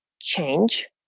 change